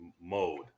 mode